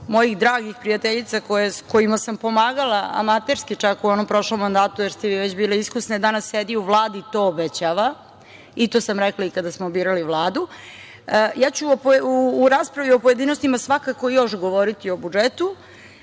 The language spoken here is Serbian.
mojih dragih prijateljica kojima sam pomagala amaterski čak u onom prošlom mandatu, jer ste vi već bile iskusne, danas sedi u Vladi. To obećava i to sam rekla i kada smo birali Vladu. Ja ću u raspravi u pojedinostima svakako još govoriti o budžetu. Kada